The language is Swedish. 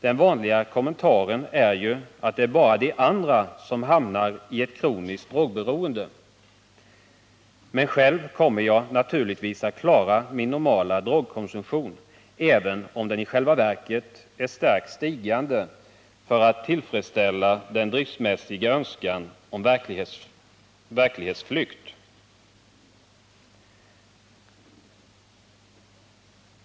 Den vanliga kommentaren är ju att det bara är de andra som hamnar i ett kroniskt drogberoende, men själv kommer jag naturligtvis att klara min normala drogkonsumtion — även om den i själva verket är starkt stigande för att tillfredsställa den driftsmässiga önskan om verklighetsflykt.